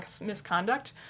misconduct